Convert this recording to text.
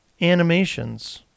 animations